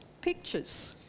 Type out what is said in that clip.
pictures